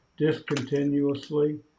discontinuously